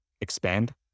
expand